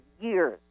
years